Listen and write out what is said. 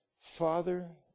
Father